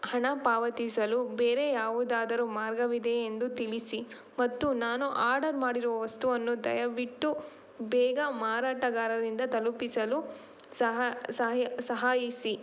ಹಣ ಪಾವತಿಸಲು ಬೇರೆ ಯಾವುದಾದರೂ ಮಾರ್ಗವಿದೆಯೇ ಎಂದು ತಿಳಿಸಿ ಮತ್ತು ನಾನು ಆಡರ್ ಮಾಡಿರೋ ವಸ್ತುವನ್ನು ದಯವಿಟ್ಟು ಬೇಗ ಮಾರಾಟಗಾರರಿಂದ ತಲುಪಿಸಲು ಸಹಾಯಿಸಿ